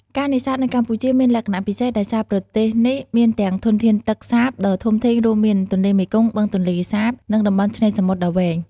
ការនេសាទនៅកម្ពុជាមានលក្ខណៈពិសេសដោយសារប្រទេសនេះមានទាំងធនធានទឹកសាបដ៏ធំធេង រួមមាន ទន្លេមេគង្គ បឹងទន្លេសាប និងតំបន់ឆ្នេរសមុទ្រដ៏វែង។